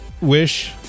wish